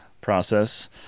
process